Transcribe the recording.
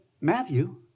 Matthew